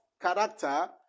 character